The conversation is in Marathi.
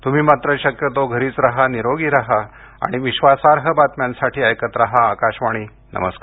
तूम्ही मात्र शक्यतो घरीच राहा निरोगी राहा आणि विश्वासार्ह बातम्यांसाठी ऐकत राहा आकाशवाणी नमस्कार